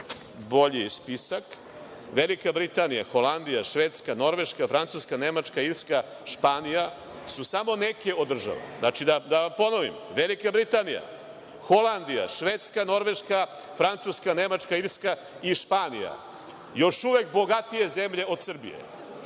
bolji spisak: Velika Britanija, Holandija, Švedska, Norveška, Francuska, Nemačka, Irska, Španija su samo neke od država. Znači da ponovim: Velika Britanija, Holandija, Švedska, Norveška, Francuska, Nemačka, Irska i Španija. Još uvek bogatije zemlje od Srbije.